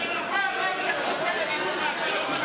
אתם לא שומרים את המלה שלכם.